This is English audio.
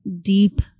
deep